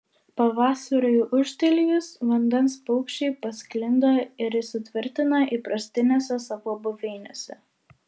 pavasariui ūžtelėjus vandens paukščiai pasklinda ir įsitvirtina įprastinėse savo buveinėse